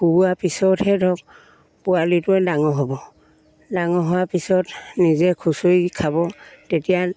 খুওৱা পিছতহে ধৰক পোৱালিটোৱে ডাঙৰ হ'ব ডাঙৰ হোৱাৰ পিছত নিজে খুচৰি খাব তেতিয়া